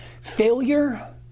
Failure